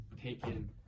taken